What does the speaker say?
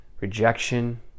rejection